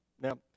Now